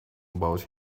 about